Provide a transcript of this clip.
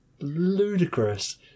Ludicrous